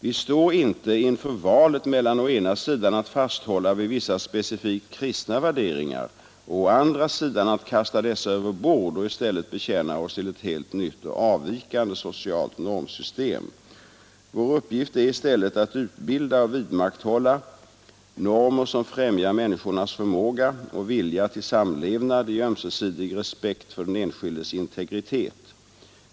Vi står inte inför valet mellan å ena sidan att fasthålla vid vissa specifikt kristna värderingar och å andra sidan att kasta dessa över bord och i stället bekänna oss till ett helt nytt och avvikande socialt normsystem. Vår uppgift är i stället att utbilda och vidmakthålla normer som främjar människornas förmåga och vilja till samlevnad i ömsesidig respekt för den enskildes integritet.